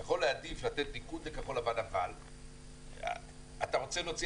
אתה יכול להעדיף לתת ניקוד לכחול לבן אבל אתה רוצה להוציא